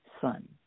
son